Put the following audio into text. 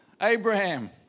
Abraham